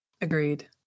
Agreed